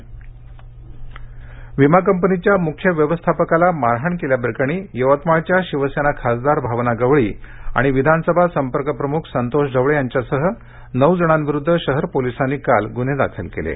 यवतमाळ भावना गवळी गुन्हा विमा कंपनीच्या मुख्य व्यवस्थापकाला मारहाण केल्या प्रकरणी यवतमाळच्या शिवसेना खासदार भावना गवळी आणि विधानसभा संपर्कप्रमुख संतोष ढवळे यांच्यासह नऊ जणांविरुद्ध शहर पोलिसांनी काल ग्रुन्हे दाखल केले आहेत